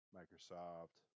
Microsoft